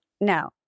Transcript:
No